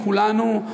כולנו,